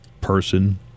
person